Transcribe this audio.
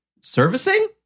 Servicing